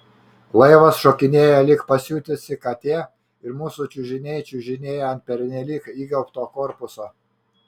laivas šokinėja lyg pasiutusi katė ir mūsų čiužiniai čiužinėja ant pernelyg įgaubto korpuso